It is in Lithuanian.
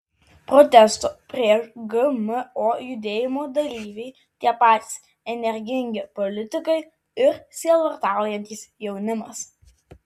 protesto prieš gmo judėjimo dalyviai tie patys energingi politikai ir sielvartaujantis jaunimas